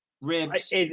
ribs